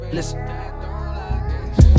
Listen